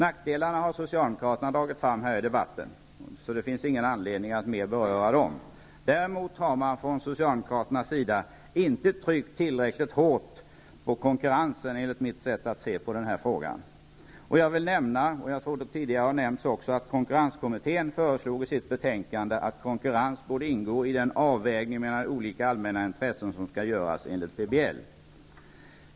Nackdelarna har socialdemokraterna dragit fram här i debatten, och det finns ingen anledning att mer beröra dem. Däremot har man, enligt mitt sätt att se, från socialdemokraterna inte tryckt tillräckligt hårt på konkurrensen. Jag vill nämna, vilket har framhållits också tidigare i debatten, att konkurrenskommittén i sitt betänkande föreslagit att konkurrens borde ingå i den avvägning mellan olika intressen som skall göras enligt PBL.